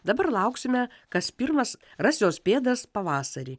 dabar lauksime kas pirmas ras jos pėdas pavasarį